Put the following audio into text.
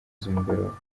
z’umugoroba